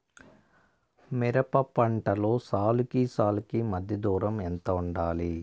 మిరప పంటలో సాలుకి సాలుకీ మధ్య దూరం ఎంత వుండాలి?